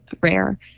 rare –